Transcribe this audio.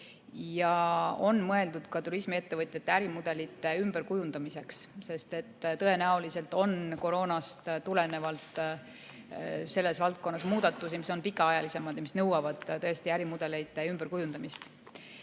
Ka on see mõeldud turismiettevõtjate ärimudelite ümberkujundamiseks. Tõenäoliselt on koroonast tulenevalt selles valdkonnas toimunud muudatusi, mis on pikaajalisemad ja nõuavad tõesti ärimudelite ümberkujundamist.